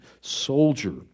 soldier